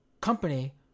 company